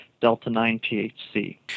delta-9-THC